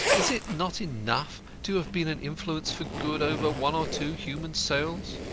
is it not enough to have been an influence for good over one or two human souls?